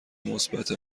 مثبت